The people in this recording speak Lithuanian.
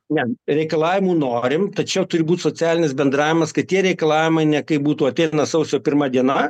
ne reikalavimų norim tačiau turi būt socialinis bendravimas kad tie reikalavimai ne kaip būtų ateina sausio pirma diena